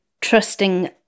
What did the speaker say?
trusting